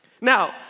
Now